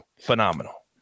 phenomenal